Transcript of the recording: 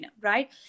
right